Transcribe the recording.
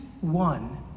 one